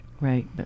Right